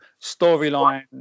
storyline